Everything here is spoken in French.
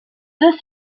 deux